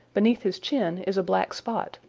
beneath his chin is a black spot.